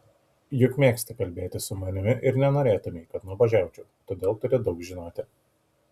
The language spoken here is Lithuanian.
juk mėgsti kalbėti su manimi ir nenorėtumei kad nuobodžiaučiau todėl turi daug žinoti